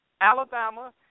Alabama